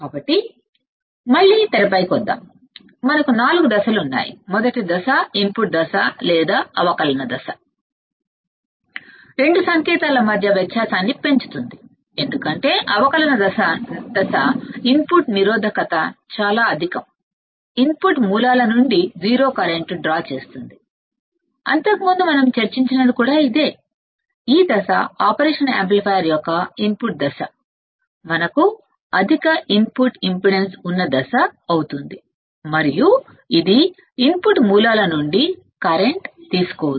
కాబట్టి మళ్ళీ తెరపై గమనిస్తే మనకు నాలుగు దశలు ఉన్నాయి మొదటి దశ ఇన్పుట్ దశ లేదా అవకలన దశ ఇది రెండు సంకేతాల మధ్య వ్యత్యాసాన్ని యాంప్లిఫై చేస్తుంది ఎందుకంటే అవకలన దశ కి ఇన్పుట్ రెసిస్టెన్స్ చాలా అధికం ఇన్పుట్ మూలాల నుండి సున్నా కరెంటు డ్రా చేస్తుందిఇంతకు ముందు మనం చర్చించినది కూడా ఇదే ఈ దశ ఆపరేషన్ యాంప్లిఫైయర్ యొక్క ఇన్పుట్ దశ మనకు అధిక ఇన్పుట్ ఇంపెడెన్స్ ఉన్న దశ అవుతుంది మరియు ఇది ఇన్పుట్ మూలాల నుండి కరెంట్ తీసుకోదు